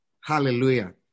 Hallelujah